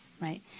Right